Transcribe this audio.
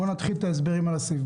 בואו נתחיל את ההסברים על הסעיף.